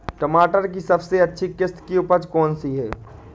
टमाटर की सबसे अच्छी किश्त की उपज कौन सी है?